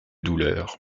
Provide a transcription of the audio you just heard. douleur